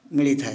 ମିଳିଥାଏ